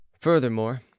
Furthermore